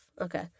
Okay